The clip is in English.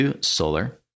Solar